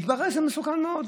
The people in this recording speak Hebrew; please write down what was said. התברר שזה מסוכן מאוד.